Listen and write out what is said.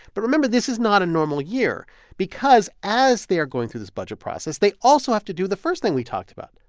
but, remember, this is not a normal year because as they are going through this budget process, they also have to do the first thing we talked about,